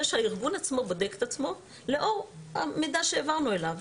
שהארגון עצמו בודק את עצמו לאור המידע שהעברנו אליו